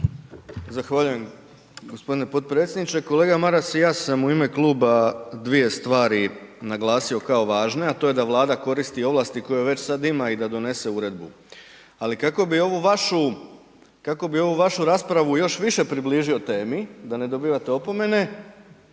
Zahvaljujem g. potpredsjedniče. Kolega Maras, i ja sam u ime kluba dvije stvari naglasio kao važne a to je da Vlada koristi koje već sad ima i da donese uredbu ali kako bi ovu vašu raspravu još više približio temi da ne dobivate opomene,